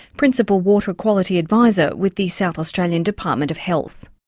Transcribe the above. principal water quality advisor with the south australian department of health.